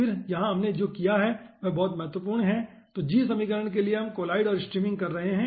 फिर यहां हमने जो किया है वह बहुत महत्वपूर्ण है तो g समीकरण के लिए हम कोलॉइड और स्ट्रीमिग कर रहे है